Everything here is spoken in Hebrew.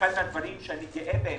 ואחד הדברים שאני גאה בהם,